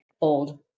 old